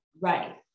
Right